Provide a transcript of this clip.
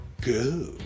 go